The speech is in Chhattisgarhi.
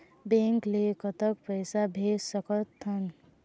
बैंक ले कतक पैसा भेज सकथन?